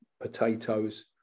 potatoes